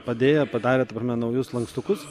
padėję padarę ta prasme naujus lankstukus